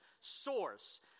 source